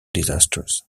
disasters